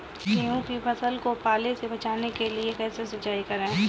गेहूँ की फसल को पाले से बचाने के लिए कैसे सिंचाई करें?